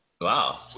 Wow